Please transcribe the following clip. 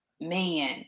Man